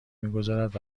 میگذارد